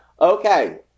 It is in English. Okay